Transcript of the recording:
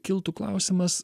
kiltų klausimas